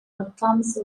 outcomes